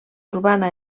urbana